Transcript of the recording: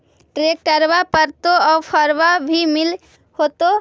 ट्रैक्टरबा पर तो ओफ्फरबा भी मिल होतै?